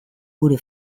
gure